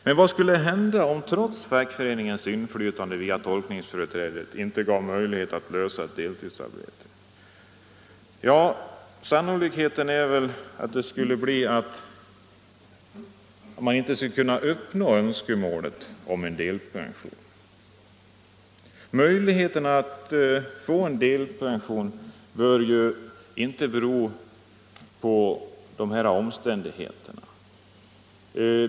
Men vad skulle hända om det trots fackföreningens inflytande via tolkningsföreträdet inte var möjligt att lösa frågan om deltidsarbete? Möjligheten att få delpension bör ju inte bero på dessa omständigheter.